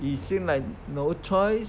he seem like no choice